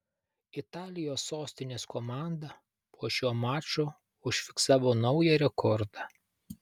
italijos sostinės komanda po šio mačo užfiksavo naują rekordą